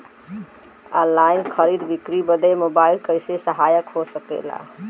Online खरीद बिक्री बदे मोबाइल कइसे सहायक हो सकेला?